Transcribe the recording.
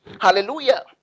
hallelujah